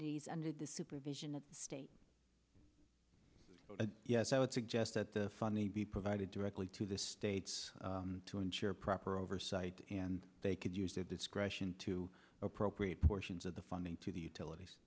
needs under the supervision of state yes i would suggest that the fund the be provided directly to the states to ensure proper oversight and they could use their discretion to appropriate portions of the funding to the utilities